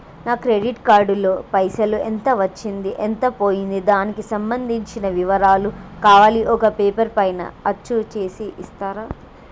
నా credit card లో పైసలు ఎంత వచ్చింది ఎంత పోయింది దానికి సంబంధించిన వివరాలు కావాలి ఒక పేపర్ పైన అచ్చు చేసి ఇస్తరా?